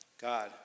God